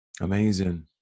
Amazing